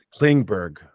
klingberg